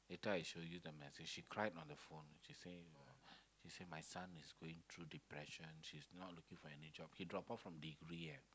later I show you the message she cried on the phone she say she say my son is going through depression she's not looking for any job he dropped out from degree eh